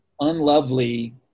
unlovely